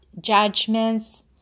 judgments